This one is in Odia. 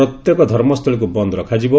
ପ୍ରତ୍ୟେକ ଧର୍ମସ୍ଥଳୀକୁ ବନ୍ଦ ରଖାଯିବ